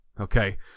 Okay